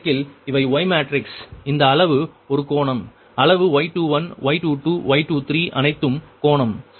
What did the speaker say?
Q2p1 |V2p ||V1||Y21|sin 21 2p1 V22Y22sin θ22 V2V3pY23sin 23 2p3 எனவே இந்த வழக்கில் இவை Y மேட்ரிக்ஸ் இந்த அளவு ஒரு கோணம் அளவு Y21 Y22 Y23 அனைத்தும் கோணம் சரியா